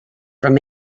from